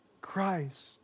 Christ